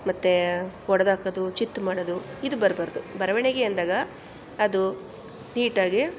ಮತ್ತೆ ಹೊಡ್ದಾಕೋದು ಚಿತ್ತು ಮಾಡೋದು ಇದು ಬರಬಾರ್ದು ಬರವಣಿಗೆ ಅಂದಾಗ ಅದು ನೀಟಾಗಿ